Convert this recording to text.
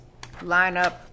lineup